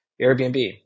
Airbnb